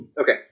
Okay